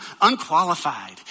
unqualified